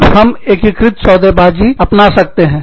तब हम एकीकृत सौदेबाजी सौदाकारी अपना सकते हैं